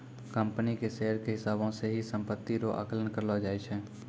company के share के हिसाबौ से ही सम्पत्ति रो आकलन करलो जाय छै